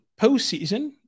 postseason